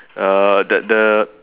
uh the the